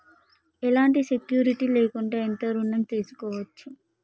ఎలాంటి సెక్యూరిటీ లేకుండా ఎంత ఋణం తీసుకోవచ్చు?